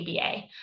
ABA